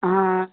हाँ